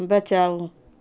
बचाओ